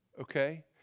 okay